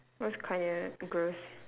it was kinda gross